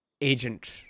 Agent